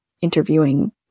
interviewing